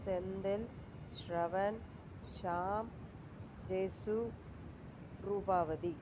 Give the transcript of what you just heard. Senthil Shravan Sham Jesu Rupavathi